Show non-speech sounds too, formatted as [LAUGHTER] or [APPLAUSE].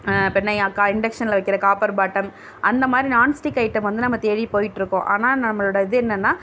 [UNINTELLIGIBLE] induction வைக்கிற copper bottom அந்த மாதிரி நான்ஸ்டிக் ஐட்டம் வந்து நம்ம தேடி போயிகிட்ருக்கோம் ஆனால் நம்மளோடய இது என்னென்னா